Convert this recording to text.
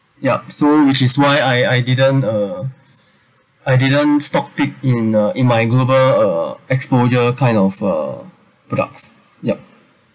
yup so which is why I I didn't ah I didn't stock pick in ah in my global ah exposure kind of a product's yup